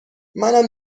منم